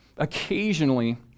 Occasionally